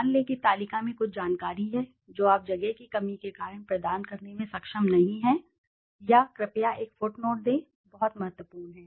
मान लें कि तालिका में कुछ जानकारी है जो आप जगह की कमी के कारण प्रदान करने में सक्षम नहीं हैं या कुछ कृपया एक फ़ुटनोट दें बहुत महत्वपूर्ण है